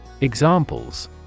Examples